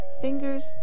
fingers